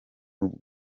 ubu